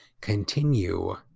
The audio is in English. continue